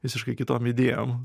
visiškai kitom idėjom